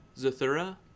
Zathura